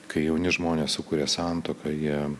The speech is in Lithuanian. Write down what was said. kai jauni žmonės sukuria santuoką jie